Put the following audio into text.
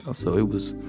ah so, it was